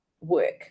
work